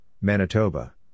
Manitoba